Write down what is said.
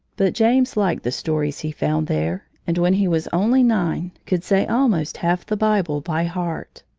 but james liked the stories he found there, and when he was only nine could say almost half the bible by heart.